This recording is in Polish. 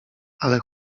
ale